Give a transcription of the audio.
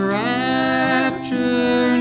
rapture